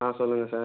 ஆ சொல்லுங்கள் சார்